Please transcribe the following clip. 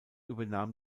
übernahm